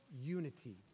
unity